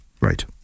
Right